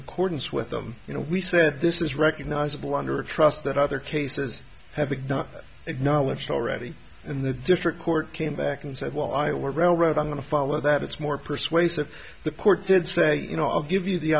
accordance with them you know we said this is recognizable under a trust that other cases have been not acknowledged already in the district court came back and said well i were railroad i'm going to follow that it's more persuasive the court did say you know i'll give you the